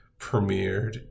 premiered